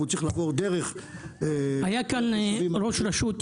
וצריך לעבור דרך --- היה כאן ראש רשות יהודי,